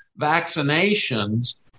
vaccinations